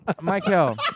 Michael